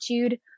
attitude